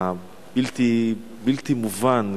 הבלתי מובן,